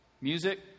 Music